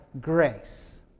grace